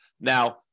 Now